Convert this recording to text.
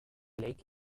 lake